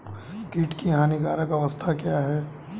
कीट की हानिकारक अवस्था क्या है?